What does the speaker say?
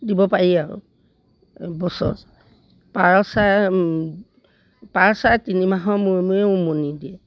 দিব পাৰি আৰু বছৰ পাৰ চৰাই পাৰ চৰাই তিনিমাহৰ মূৰে মূৰে উমনি দিয়ে